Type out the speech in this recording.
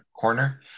corner